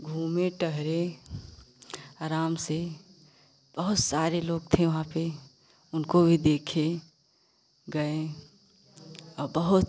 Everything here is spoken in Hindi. घूमे टहले आराम से बहुत सारे लोग थे वहाँ पे उनको भी देखे गए और बहुत